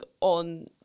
on